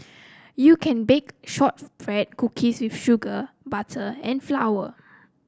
you can bake shortbread cookies with sugar butter and flour